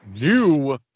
new